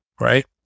right